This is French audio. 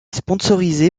sponsorisé